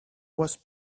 was